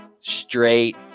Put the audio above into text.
straight